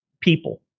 people